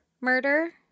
murder